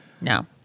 No